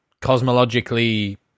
cosmologically